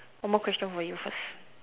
one more question for you first